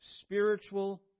spiritual